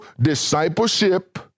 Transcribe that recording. discipleship